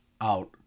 out